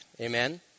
Amen